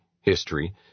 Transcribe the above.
history